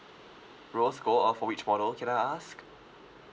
rose gold uh for which model can I ask